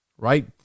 right